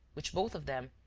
which both of them,